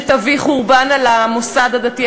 שתביא חורבן על המוסד הדתי,